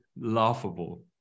laughable